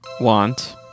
Want